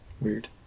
Weird